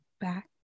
Back